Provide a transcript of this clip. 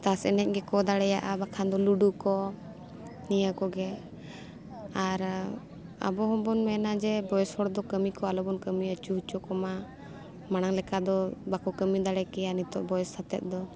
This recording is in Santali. ᱛᱟᱥ ᱮᱱᱮᱡ ᱜᱮᱠᱚ ᱫᱟᱲᱮᱭᱟᱜᱼᱟ ᱵᱟᱠᱷᱟᱱ ᱫᱚ ᱞᱩᱰᱩ ᱠᱚ ᱱᱤᱭᱟᱹ ᱠᱚᱜᱮ ᱟᱨ ᱟᱵᱚ ᱦᱚᱸᱵᱚᱱ ᱢᱮᱱᱟ ᱡᱮ ᱵᱚᱭᱮᱥ ᱦᱚᱲ ᱫᱚ ᱠᱟᱹᱢᱤ ᱠᱚ ᱟᱞᱚ ᱵᱚᱱ ᱠᱟᱹᱢᱤ ᱟᱹᱪᱩ ᱦᱚᱪᱚ ᱠᱚᱢᱟ ᱢᱟᱲᱟᱝ ᱞᱮᱠᱟ ᱫᱚ ᱵᱟᱠᱚ ᱠᱟᱹᱢᱤ ᱫᱟᱲᱮ ᱠᱮᱭᱟ ᱱᱤᱛᱚᱜ ᱵᱚᱭᱮᱥ ᱟᱛᱮᱫ ᱫᱚ